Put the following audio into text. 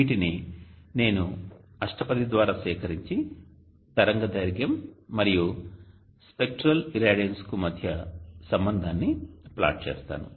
వీటిని నేను అష్టపది ద్వారా సేకరించి తరంగదైర్ఘ్యం మరియు స్పెక్ట్రల్ ఇరాడియన్స్కు మధ్య సంబంధాన్ని ప్లాట్ చేస్తాను